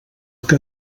que